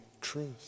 truth